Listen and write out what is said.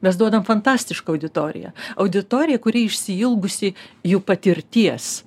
mes duodam fantastišką auditoriją auditoriją kuri išsiilgusi jų patirties